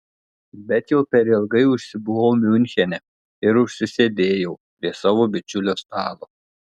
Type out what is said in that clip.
bet jau per ilgai užsibuvau miunchene ir užsisėdėjau prie savo bičiulio stalo